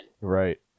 Right